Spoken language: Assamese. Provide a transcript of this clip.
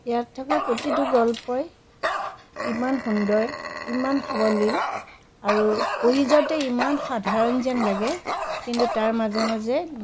ইয়াত থকা প্ৰতিটো গল্পই ইমান সুন্দৰ ইমান সাৱলিল আৰু পঢ়ি যাওঁতে ইমান সাধাৰণ যেন লাগে কিন্তু তাৰ মাজে মাজে